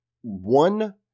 one